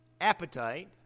Appetite